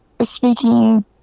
speaking